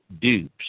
dupes